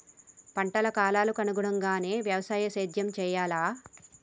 పంటల కాలాలకు అనుగుణంగానే వ్యవసాయ సేద్యం చెయ్యాలా?